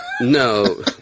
No